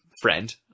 friend